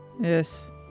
yes